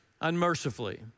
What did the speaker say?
unmercifully